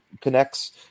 connects